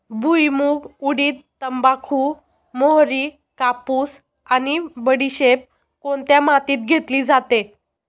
भुईमूग, उडीद, तंबाखू, मोहरी, कापूस आणि बडीशेप कोणत्या मातीत घेतली जाते?